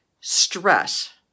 stress